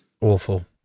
Awful